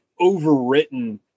overwritten